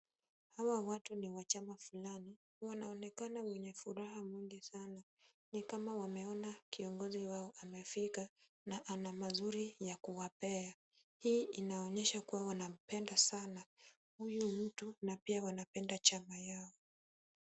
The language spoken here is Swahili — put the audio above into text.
Hawa watu ni wa chama fulani. Wanaonekana wenye furaha mingi sana ni kama wameona kiongozi wao amefika na ana mazuri ya kuwapea. Hii inaonyesha kuwa wanampenda sana huyu mtu na pia wanapenda chama yao.